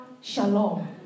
Shalom